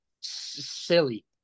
silly